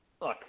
look